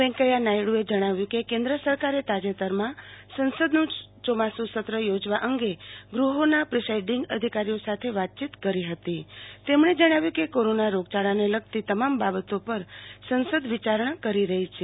વૈકૈયા નાયડુ એ જણાવ્યું કે કેન્દ્ર સરકારે તાજેતરમાં સંસદનું યોમાસું સત્ર યોજવા અંગે ગૃહોના પ્રિસાઇડિંગ અધિકારીઓ સાથે વાતચીત કરી હતી તેમને જણાવ્યું કે કોરોના રોગયાળાને લગતી તમામ બાબતો પર સંસદ વિચારણા કરી રહી છે